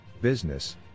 Business